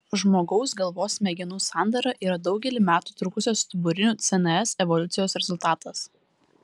žmogaus galvos smegenų sandara yra daugelį metų trukusios stuburinių cns evoliucijos rezultatas